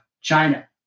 China